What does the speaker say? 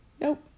Nope